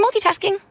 multitasking